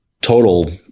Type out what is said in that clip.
total